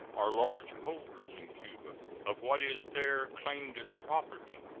are large holders in cuba of what is there claimed as property,